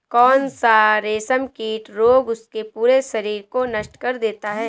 कौन सा रेशमकीट रोग उसके पूरे शरीर को नष्ट कर देता है?